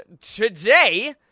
today